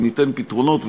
וניתן פתרונות,